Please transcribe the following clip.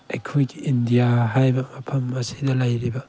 ꯑꯩꯈꯣꯏꯒꯤ ꯏꯟꯗꯤꯌꯥ ꯍꯥꯏꯕ ꯃꯐꯝ ꯑꯁꯤꯗ ꯂꯩꯔꯤꯕ